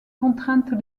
contraintes